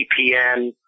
VPN